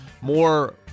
more